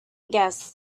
guess